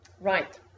Right